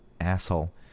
asshole